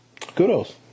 kudos